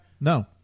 No